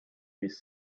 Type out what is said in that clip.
these